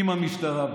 עם המשטרה,